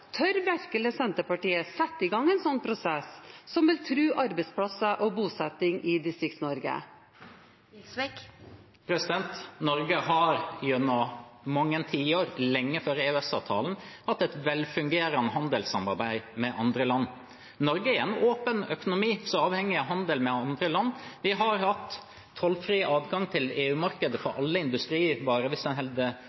tør virkelig Senterpartiet da sette i gang en prosess som vil true arbeidsplasser og bosetting i Distrikts-Norge? Norge har gjennom mange tiår, lenge før EØS-avtalen, hatt et velfungerende handelssamarbeid med andre land. Norge er en åpen økonomi som er avhengig av handel med andre land. Hvis en holder fisk utenfor, har vi hatt tollfri adgang til EU-markedet for